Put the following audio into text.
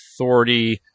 authority